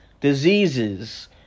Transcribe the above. Diseases